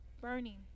burning